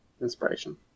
inspiration